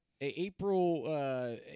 April